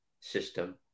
system